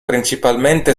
principalmente